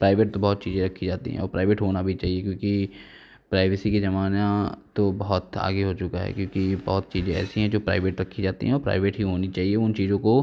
private तो बहुत चीज़ें रखी जाती हैं और प्राइवेट होना भी चाहिए क्योंकि प्राइवेसी के जमाना तो बहुत आगे हो चुका है क्योंकि बहुत चीज़ें ऐसी हैं जो प्राइवेट रखी जाती हैं और प्राइवेट ही होनी चाहिए उन चीज़ों को